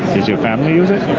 does your family use it?